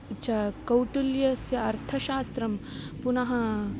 च कौटिल्यस्य अर्थशास्त्रं पुनः